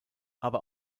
aber